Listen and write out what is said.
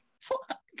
fuck